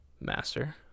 Master